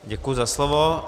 Děkuji za slovo.